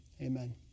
amen